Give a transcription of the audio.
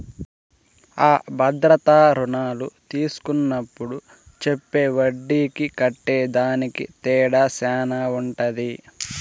అ భద్రతా రుణాలు తీస్కున్నప్పుడు చెప్పే ఒడ్డీకి కట్టేదానికి తేడా శాన ఉంటది